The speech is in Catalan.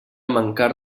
mancar